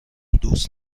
دوست